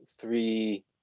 three